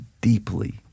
deeply